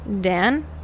Dan